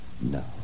No